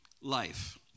life